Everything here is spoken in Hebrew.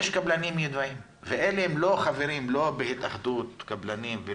יש קבלנים ידועים ואלה לא חברים בהתאחדות הקבלנים.